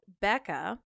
Becca